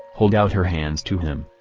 hold out her hands to him.